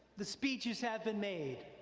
the speeches have been made,